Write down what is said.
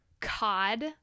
cod